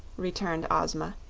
returned ozma,